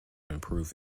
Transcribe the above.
improve